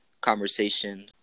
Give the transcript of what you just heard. conversation